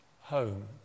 home